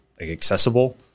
accessible